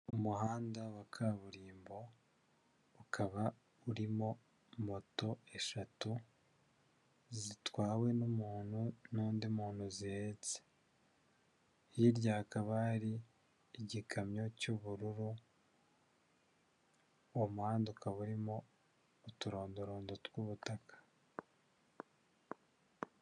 Umuhanda wa kaburimbo, ukaba urimo moto eshatu, zitwawe n'umuntu n'undi muntu zihetse, hirya hakaba igikamyo cy'ubururu, uwo muhanda ukaba urimo uturondarondo tw'ubutaka.